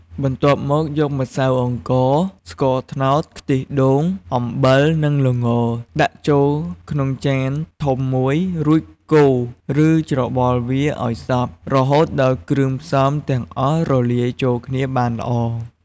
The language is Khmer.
បន្ទាប់មក យកម្សៅអង្ករ ស្ករត្នោត ខ្ទិះដូង អំបិល និងល្ងដាក់ចូលក្នុងចានធំមួយ រួចកូរ ឬច្របល់វាឱ្យសព្វ រហូតដល់គ្រឿងផ្សំទាំងអស់រលាយចូលគ្នាបានល្អ។